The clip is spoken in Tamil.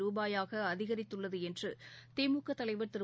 ருபாயாகஅதிகரித்துள்ளதுஎன்றுதிமுகதலைவர் திரு